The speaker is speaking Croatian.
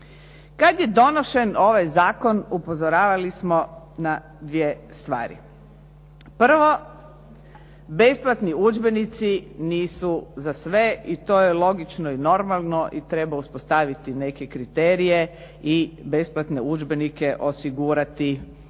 Kada je donošen ovaj zakon upozoravali smo na dvije stvari. Prvo, besplatni udžbenici nisu za sve i to je logično i normalno i treba uspostaviti neke kriterije i besplatne udžbenike osigurati onima